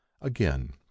again